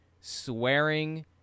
swearing